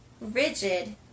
rigid